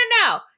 no